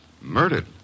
Murdered